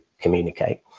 communicate